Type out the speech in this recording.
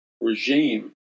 regime